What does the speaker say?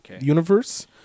universe